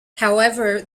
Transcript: however